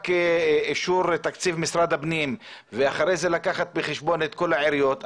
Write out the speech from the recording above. לאישור תקציב משרד הפנים ואחר כך לקחת בחשבון את כל העיריות,